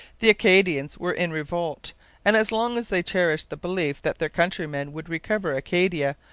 the acadians were in revolt and as long as they cherished the belief that their countrymen would recover acadia,